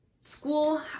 school